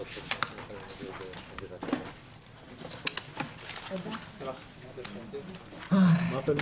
הישיבה ננעלה בשעה 13:36.